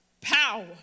Power